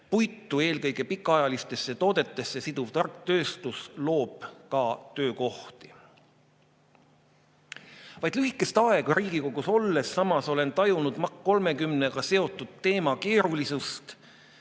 Puitu eelkõige pikaajalistesse toodetesse siduv tark tööstus loob ka töökohti. Vaid lühikest aega Riigikogus olles samas olen tajunud MAK 30-ga seotud teema keerulisust,